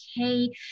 okay